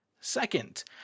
second